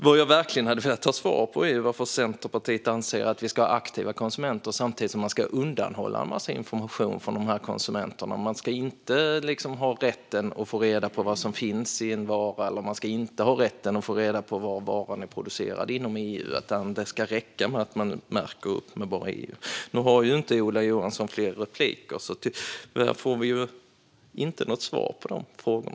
Vad jag verkligen hade velat ha svar på är varför Centerpartiet anser att vi ska aktiva konsumenter samtidigt som man ska undanhålla en massa information från dessa konsumenter. Man ska inte ha rätten att få reda på vad som finns i en vara eller var inom EU varan är producerad, utan det ska räcka med att den är EU-märkt. Nu har ju Ola Johansson inte rätt till fler repliker, så tyvärr får vi inte några svar på dessa frågor.